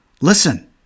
Listen